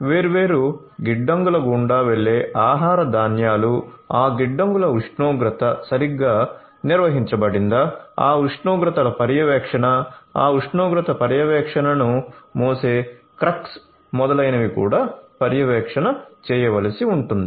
వేర్వేరు గిడ్డంగుల గుండా వెళ్ళే ఆహార ధాన్యాలు ఆ గిడ్డంగుల ఉష్ణోగ్రత సరిగ్గా నిర్వహించబడిందా ఆ ఉష్ణోగ్రతల పర్యవేక్షణ ఆ ఉష్ణోగ్రత పర్యవేక్షణను మోసే క్రక్స్ మొదలైనవి కూడా పర్యవేక్షణ చేయవలసి ఉంటుంది